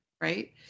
right